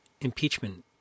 impeachment